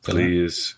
Please